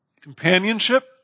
Companionship